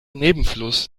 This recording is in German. nebenfluss